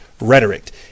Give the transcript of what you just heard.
rhetoric